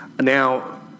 Now